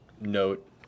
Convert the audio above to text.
note